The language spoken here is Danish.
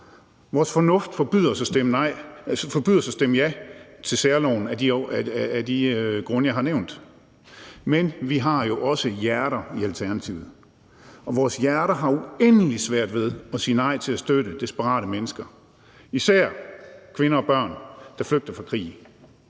vores fornuft forbyder os at stemme ja til særloven af de grunde, jeg har nævnt, men vi har jo også hjerter i Alternativet, og vores hjerter har uendelig svært ved at sige nej til at støtte desperate mennesker, især kvinder og børn, der flygter fra krig.